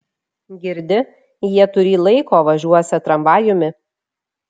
girdi jie turį laiko važiuosią tramvajumi